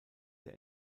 der